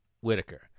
Whitaker